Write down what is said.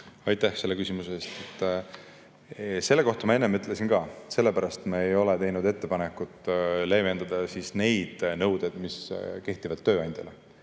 Aitäh selle küsimuse eest! Selle kohta ma enne ütlesin ka, et sellepärast me ei ole teinud ettepanekut leevendada neid nõudeid, mis kehtivad tööandjale.